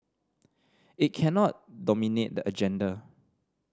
it cannot dominate the agenda